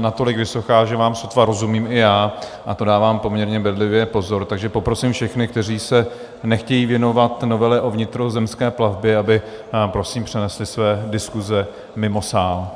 natolik vysoká, že vám sotva rozumím i já, a to dávám poměrně bedlivě pozor, takže poprosím všechny, kteří se nechtějí věnovat novele o vnitrozemské plavbě, aby přenesli své diskuse mimo sál.